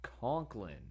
Conklin